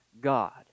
God